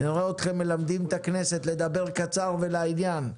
נראה אתכם מלמדים את הכנסת לדבר קצר ולעניין.